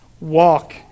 walk